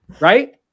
Right